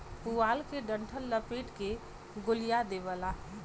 पुआरा के डंठल लपेट के गोलिया देवला